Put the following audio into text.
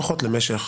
לפחות למשך